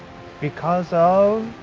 because of.